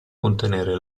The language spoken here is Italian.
contenere